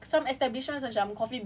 like I don't mind studying outside but